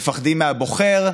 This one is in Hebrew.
מפחדים מהבוחר?